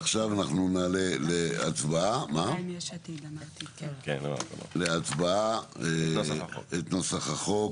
עכשיו נעלה להצבעה נוסח הצעת החוק